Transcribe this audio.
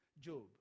Job